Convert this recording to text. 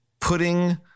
putting